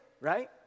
right